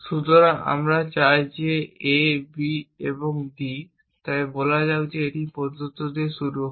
সুতরাং আমরা চাই যে A B এবং D তাই একটি বলা যাক একটি প্রদত্ত শুরু হয়